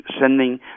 sending